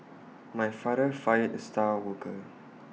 my father fired the star worker